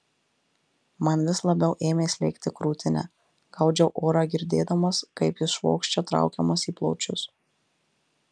man vis labiau ėmė slėgti krūtinę gaudžiau orą girdėdamas kaip jis švokščia traukiamas į plaučius